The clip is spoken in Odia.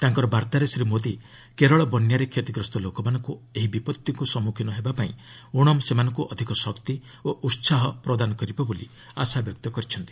ତାଙ୍କର ବାର୍ତ୍ତାରେ ଶ୍ରୀ ମୋଦି କେରଳ ବନ୍ୟାରେ କ୍ଷତିଗ୍ରସ୍ତ ଲୋକମାନଙ୍କୁ ଏହି ବିପତ୍ତିକୁ ସମ୍ମୁଖୀନ ହେବାପାଇଁ ଓଣମ୍ ସେମାନଙ୍କୁ ଅଧିକ ଶକ୍ତି ଓ ଉତ୍ସାହ ଯୋଗାଇବ ବୋଲି ଆଶାବ୍ୟକ୍ତ କରିଛନ୍ତି